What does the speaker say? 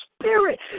Spirit